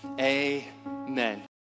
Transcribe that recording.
amen